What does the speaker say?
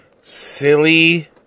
Silly